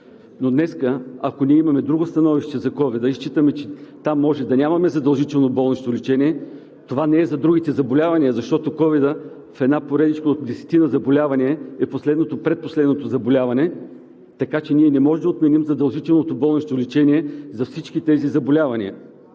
Но днес, ако ние имаме друго становище за ковид и считаме, че там може да нямаме задължително болнично лечение, това не е за другите заболявания, защото ковид в една поредичка от десетина заболявания е предпоследното заболяване, така че ние не можем да отменим задължителното болнично лечение за всички тези заболявания.